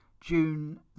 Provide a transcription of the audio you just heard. June